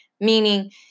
Meaning